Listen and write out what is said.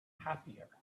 happier